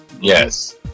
Yes